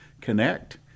connect